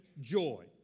Joy